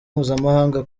mpuzamahanga